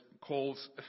calls